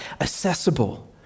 accessible